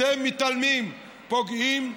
אתם מתעלמים ופוגעים.